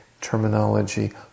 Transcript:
terminology